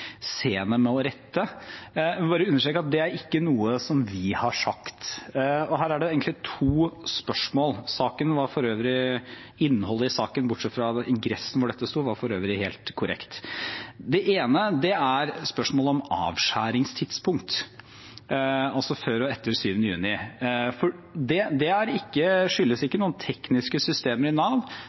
rette. Jeg vil understreke at det er ikke noe som vi har sagt, og det er egentlig to spørsmål. Innholdet i saken – bortsett fra ingressen hvor dette sto – var for øvrig helt korrekt. Det ene er spørsmålet om avskjæringstidspunkt, altså før og etter 7. juni. Det skyldes ikke noen tekniske systemer i Nav.